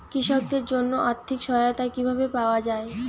কৃষকদের জন্য আর্থিক সহায়তা কিভাবে পাওয়া য়ায়?